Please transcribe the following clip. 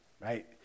right